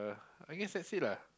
I guess that's it lah